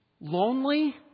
lonely